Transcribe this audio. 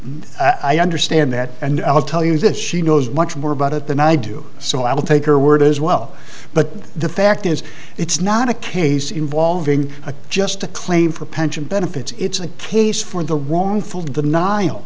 and i understand that and i'll tell you this she knows much more about it than i do so i will take her word as well but the fact is it's not a case involving a just a claim for pension benefits it's a case for the wrongful denial